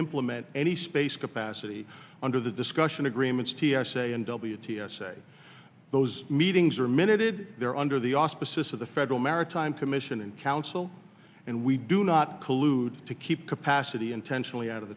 implement any space capacity under the discussion agreements t s a and w t s a those meetings are minute id they're under the auspices of the federal maritime commission and counsel and we do not collude to keep capacity intentionally out of